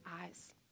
eyes